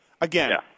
Again